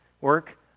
work